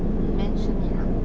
maisonette ah